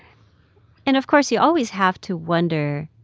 and, of course, you always have to wonder,